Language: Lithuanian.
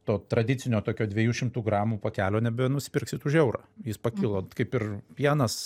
to tradicinio tokio dviejų šimtų gramų pakelio nebenusipirksit už eurą jis pakilo t kaip ir pienas